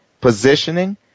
positioning